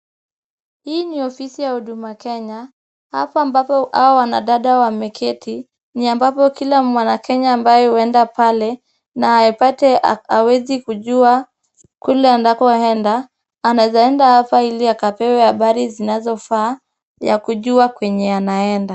Hii ni ofisi ya huduma kenya, hapa ambapo hawa wanadada wameketi ni ambapo kila mwanakenya ambaye huenda pale na apate hawezi kujua kule anakoenda, anaeza enda hapo ili akapewe habari zinazofaa ya kujua kwenye anaenda.